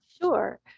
Sure